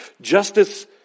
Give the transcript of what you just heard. justice